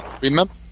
remember